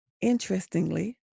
Interestingly